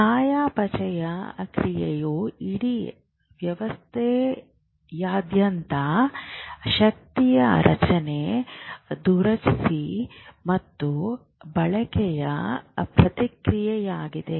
ಚಯಾಪಚಯ ಕ್ರಿಯೆಯು ಇಡೀ ವ್ಯವಸ್ಥೆಯಾದ್ಯಂತ ಶಕ್ತಿಯ ರಚನೆ ದುರಸ್ತಿ ಮತ್ತು ಬಳಕೆಯ ಪ್ರಕ್ರಿಯೆಯಾಗಿದೆ